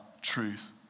truth